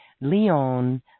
Leon